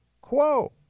quo